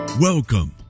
Welcome